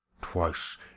Twice